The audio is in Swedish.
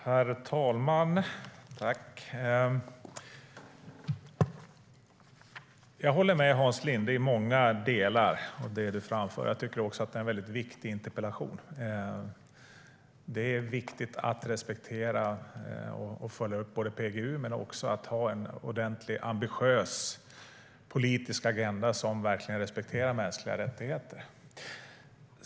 Herr talman! Jag håller med Hans Linde i många delar av det han framför. Det är en väldigt viktig interpellation. Det är viktigt att respektera och följa upp PGU men också att ha ordentlig och ambitiös politisk agenda som verkligen respekterar mänskliga rättigheter.